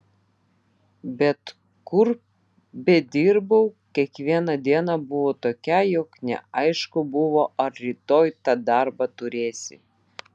bet kur bedirbau kiekviena diena buvo tokia jog neaišku buvo ar rytoj tą darbą turėsi